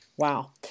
Wow